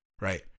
Right